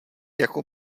jako